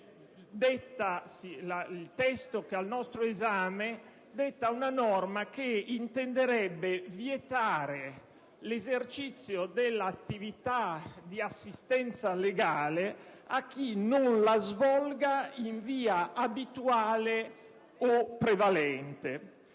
del testo al nostro esame detta una norma che intenderebbe vietare l'esercizio dell'attività di assistenza legale a chi non la svolga in via abituale o prevalente.